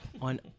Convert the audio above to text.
on